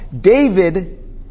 David